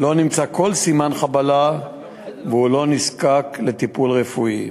לא נמצא כל סימן חבלה והוא לא נזקק לטיפול רפואי.